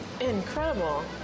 incredible